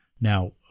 Now